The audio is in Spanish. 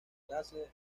clase